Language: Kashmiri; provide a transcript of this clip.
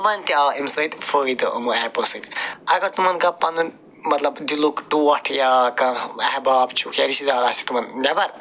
تِمَن تہِ آو اَمہِ سۭتۍ فایدٕ یِمو ایپو سۭتۍ اگر تِمَن کانٛہہ پَنُن مطلب دِلُک ٹوٹھ یا کانٛہہ احباب چھُکھ یا رِشتہٕ دار آسہِ تِمَن نٮ۪بَر